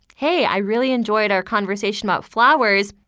hey, i really enjoyed our conversation about flowers.